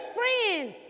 friends